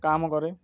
କାମ କରେ